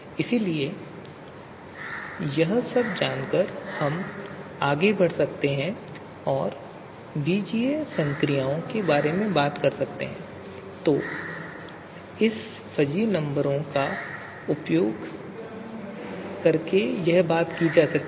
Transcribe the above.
इसलिए यह सब जानकर हम आगे बढ़ सकते हैं और बीजीय संक्रियाओं के बारे में बात कर सकते हैं जो इन फजी नंबरों का उपयोग करके की जा सकती हैं